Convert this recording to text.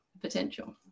potential